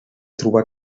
trobar